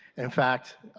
in fact,